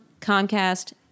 Comcast